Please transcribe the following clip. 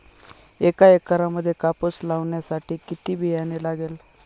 एका एकरामध्ये कापूस लावण्यासाठी किती बियाणे लागेल?